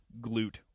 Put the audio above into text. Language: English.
glute